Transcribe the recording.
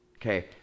okay